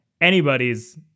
anybody's